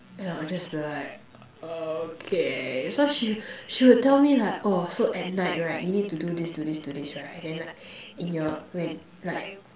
and I will just be like okay so she she would tell me like oh so at night right you need to do this do this do this right then like in your when like